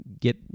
get